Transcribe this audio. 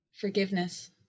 Forgiveness